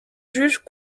juges